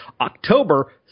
October